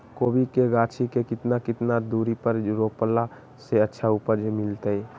कोबी के गाछी के कितना कितना दूरी पर रोपला से अच्छा उपज मिलतैय?